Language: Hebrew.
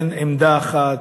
ואין עמדה אחת,